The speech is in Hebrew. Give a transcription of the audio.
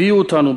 הביאו אותנו,